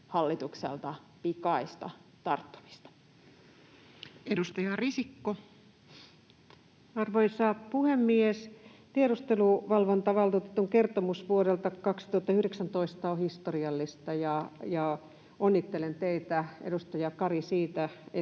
vuodelta 2019 Time: 21:37 Content: Arvoisa puhemies! Tiedusteluvalvontavaltuutetun kertomus vuodelta 2019 on historiallinen, ja onnittelen teitä, edustaja Kari, siitä,